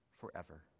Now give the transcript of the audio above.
forever